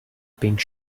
pink